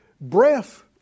breath